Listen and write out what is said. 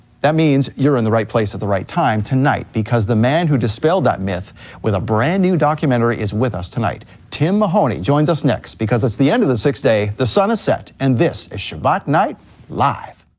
that means you're in the right place at the right time tonight because the man who dispelled that myth with a brand new documentary is with us tonight. tim mahoney joins us next, because it's the end of the sixth day, the sun has set, and this is shabbat night live.